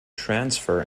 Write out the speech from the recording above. transfer